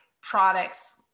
products